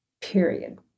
period